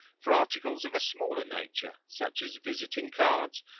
for articles of a smaller nature, such as visiting cards,